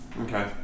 okay